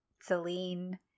Celine